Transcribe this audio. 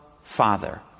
father